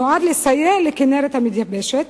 שנועד לסייע לכינרת המתייבשת,